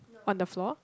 on the floor